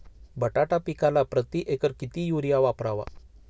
बटाटा पिकाला प्रती एकर किती युरिया वापरावा?